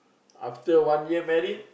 after one year marry